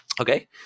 okay